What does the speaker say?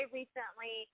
recently